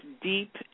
deep